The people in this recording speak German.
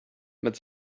mit